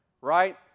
right